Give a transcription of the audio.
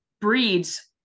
breeds